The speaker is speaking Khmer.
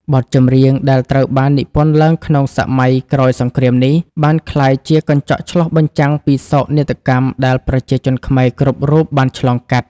បទចម្រៀងដែលត្រូវបាននិពន្ធឡើងក្នុងសម័យក្រោយសង្គ្រាមនេះ បានក្លាយជាកញ្ចក់ឆ្លុះបញ្ចាំងពីសោកនាដកម្មដែលប្រជាជនខ្មែរគ្រប់រូបបានឆ្លងកាត់។